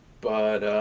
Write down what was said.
but